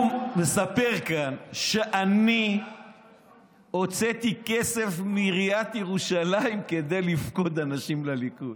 הוא מספר כאן שאני הוצאתי כסף מעיריית ירושלים כדי לפקוד אנשים לליכוד.